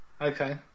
Okay